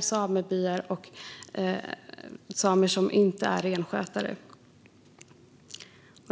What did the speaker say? samebyar och samer som inte är renskötare.